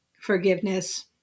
forgiveness